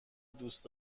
دوست